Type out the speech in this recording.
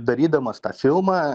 darydamas tą filmą